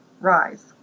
Rise